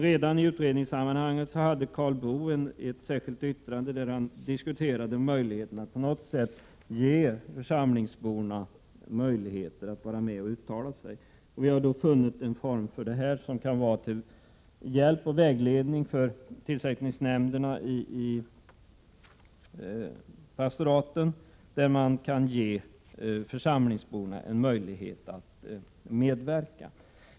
Redan på utredningsstadiet hade Karl Boo ett särskilt yttrande, där han diskuterade möjligheten att på något sätt ge församlingsborna rätt att uttala sig. Vi har funnit en form för detta som kan vara till hjälp och vägledning för tillsättningsnämnderna i pastoraten. Församlingsborna kan alltså få möjlighet att medverka.